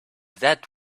that